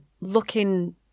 looking